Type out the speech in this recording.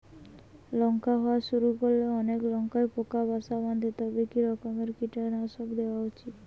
লঙ্কা হওয়া শুরু করলে অনেক লঙ্কায় পোকা বাসা বাঁধে তবে কি রকমের কীটনাশক দেওয়া উচিৎ?